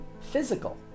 physical